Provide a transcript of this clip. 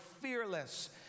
Fearless